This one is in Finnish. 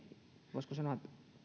voisiko sanoa